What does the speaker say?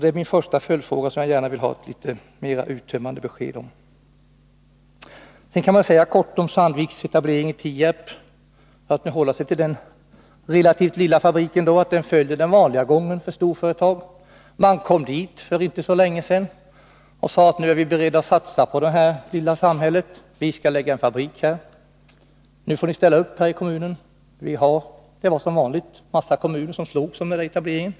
Det är min första följdfråga, där jag gärna vill ha ett mer uttömmande besked. Beträffande Sandviks etablering i Tierp — för att nu hålla sig till den relativt lilla fabriken — kan jag kort säga att det hela följer den vanliga gången för storföretag. Man kom dit för inte så länge sedan och sade: Nu är vi beredda att satsa på det här lilla samhället; vi skall lägga en fabrik här; nu får ni ställa upp i kommunen. Det var som vanligt en massa kommuner som slogs om etableringen.